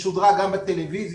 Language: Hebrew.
ששודרה גם בטלוויזיה